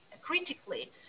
critically